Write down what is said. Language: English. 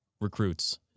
recruits